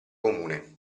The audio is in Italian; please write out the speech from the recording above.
comune